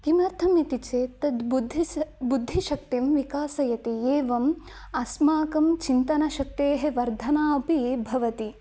किमर्थम् इति चेत् तद् बुद्धिः स्र बुद्धिशक्तिं विकासयति एवम् अस्माकं चिन्तनशक्तेः वर्धना अपि भवति